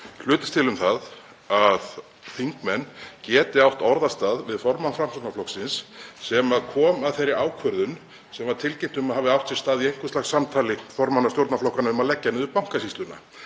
hlutist til um það að þingmenn geti átt orðastað við formann Framsóknarflokksins sem kom að þeirri ákvörðun sem tilkynnt var um að tekin hafi verið í einhvers lags samtali formanna stjórnarflokkanna um að leggja niður Bankasýsluna.